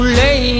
lay